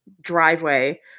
driveway